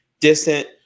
distant